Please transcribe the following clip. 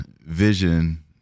vision